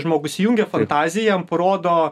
žmogus įjungia fantaziją jam parodo